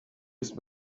ist